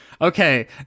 Okay